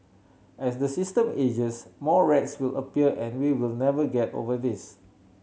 as the system ages more rats will appear and we will never get over this